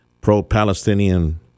pro-palestinian